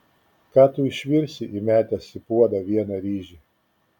ką tu išvirsi įmetęs į puodą vieną ryžį